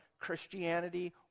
Christianity